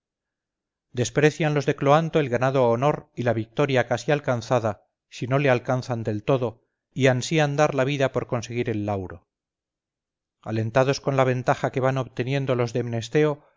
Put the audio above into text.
desprecian los de cloanto el ganado honor y la victoria casi alcanzada si no le alcanzan del todo y ansían dar la vida por conseguir el lauro alentados con la ventaja que van obteniendo los de